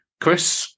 Chris